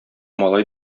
малай